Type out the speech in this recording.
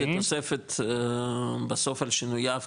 זה תוספת בסוף על שינוייו,